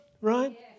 right